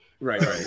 Right